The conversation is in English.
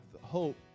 hope